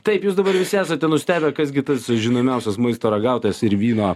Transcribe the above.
taip jūs dabar visi esate nustebę kas gi tas žinomiausias maisto ragautojas ir vyno